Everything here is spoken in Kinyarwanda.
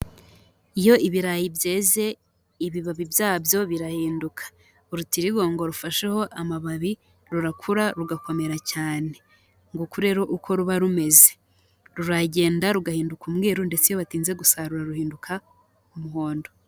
Iyo ibirayi byeze ibibabi byabyo birahinduka, urutirigongo rufasheho amababi rurakura rugakomera cyane, nguku rero uko ruba rumeze, ruragenda rugahinduka umweru ndetse iyo batinze gusarura ruhinduka umuhondo.